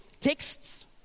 texts